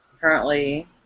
currently